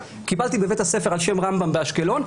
קיבלתי בבית הספר על שם רמב"ם באשקלון,